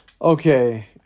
okay